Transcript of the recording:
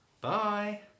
bye